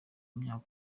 myaka